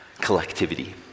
collectivity